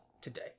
today